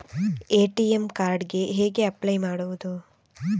ATM card ಗೆ ಹೇಗೆ apply ಮಾಡುವುದು?